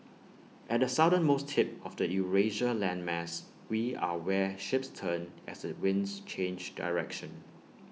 at the southernmost tip of the Eurasia landmass we are where ships turn as the winds change direction